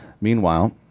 Meanwhile